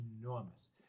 enormous